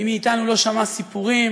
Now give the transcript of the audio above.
מי מאיתנו לא שמע סיפורים,